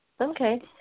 Okay